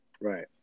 Right